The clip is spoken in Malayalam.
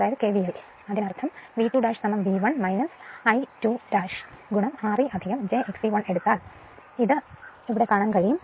അതിനാൽ അതിനർത്ഥം V2 V 1 I2 R e j Xe 1 എടുക്കുകയാണെങ്കിൽ